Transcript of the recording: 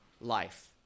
life